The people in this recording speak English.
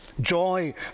joy